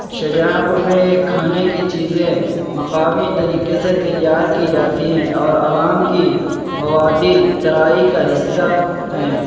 شاہجہاں پور میں یہ کھانے کی چیزیں مقامی طریقے سے تیار کی جاتی ہیں اور عوام کی موادی ترائی کا حصہ ہیں